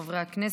חברי הכנסת,